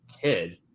kid